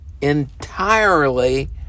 entirely